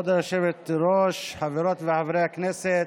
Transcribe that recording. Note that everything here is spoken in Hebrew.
כבוד היושבת-ראש, חברות וחברי הכנסת,